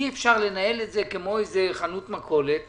אי אפשר לנהל את זה כמו חנות מכולת ולהגיד: